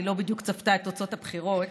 היא לא בדיוק צפתה את תוצאות הבחירות,